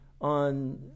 on